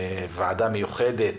ועדה מיוחדת